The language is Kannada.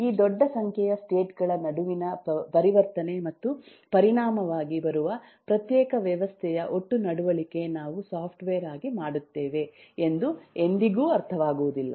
ಈ ದೊಡ್ಡ ಸಂಖ್ಯೆಯ ಸ್ಟೇಟ್ ಗಳ ನಡುವಿನ ಪರಿವರ್ತನೆ ಮತ್ತು ಪರಿಣಾಮವಾಗಿ ಬರುವ ಪ್ರತ್ಯೇಕ ವ್ಯವಸ್ಥೆಯ ಒಟ್ಟು ನಡವಳಿಕೆ ನಾವು ಸಾಫ್ಟ್ವೇರ್ ಆಗಿ ಮಾಡುತ್ತೇವೆ ಎಂದು ಎಂದಿಗೂ ಅರ್ಥವಾಗುವುದಿಲ್ಲ